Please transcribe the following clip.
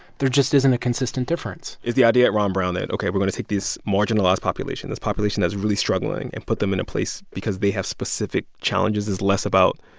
there just isn't a consistent difference is the idea at ron brown that, ok, we're going to take this marginalized population, this population that's really struggling, and put them in a place because they have specific challenges is less about